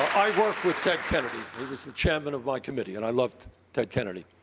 i worked with ted kennedy. he was the chairman of my committee. and i loved ted kennedy.